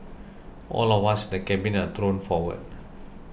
all of us in the cabin are thrown forward